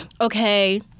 okay